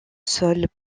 sols